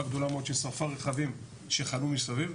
גדולה מאוד ששרפה רכבים שחנו מסביב,